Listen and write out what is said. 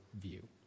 view